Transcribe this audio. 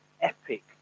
epic